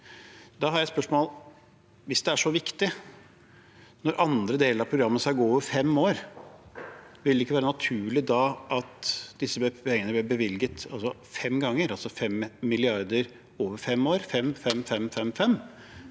det er så viktig, og når andre deler av programmet skal gå over fem år, ville det ikke da være naturlig at disse pengene ble bevilget fem ganger,